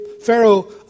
Pharaoh